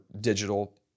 digital